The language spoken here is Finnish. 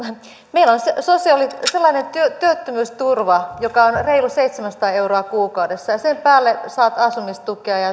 meillä on sellainen työttömyysturva joka on on reilu seitsemänsataa euroa kuukaudessa sen päälle saat asumistukea ja